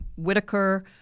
Whitaker